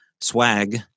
swag